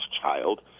Child